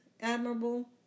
admirable